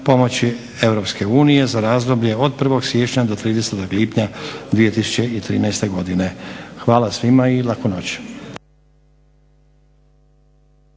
pomoći EU za razdoblje od 01. siječnja do 30. lipnja 2013. godine. Hvala svima i laku noć.